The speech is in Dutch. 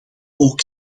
ook